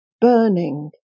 burning